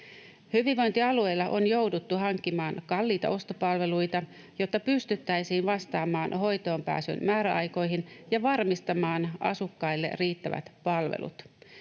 Hyvinvointialueilla on jouduttu hankkimaan kalliita ostopalveluita, jotta pystyttäisiin vastaamaan hoitoonpääsyn määräaikoihin ja varmistamaan asukkaille riittävät palvelut.